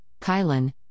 Kylan